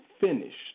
finished